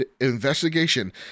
investigation